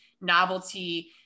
novelty